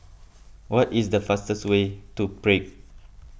what is the fastest way to Prague